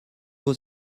vos